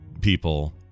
people